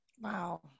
Wow